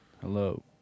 Hello